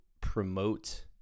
promote